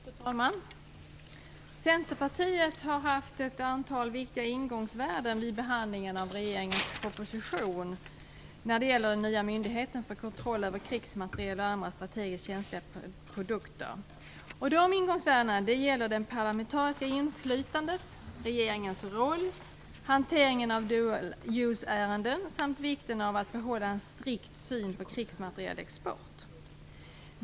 Fru talman! Centerpartiet har haft ett antal viktiga ingångsvärden vid behandlingen av regeringens proposition om den nya myndigheten för kontroll över krigsmateriel och andra strategiskt känsliga produkter. Ingångsvärdena gäller det parlamentariska inflytandet, regeringens roll, hanteringen av dual use-ärenden samt vikten av att behålla en strikt syn på krigsmaterielexport.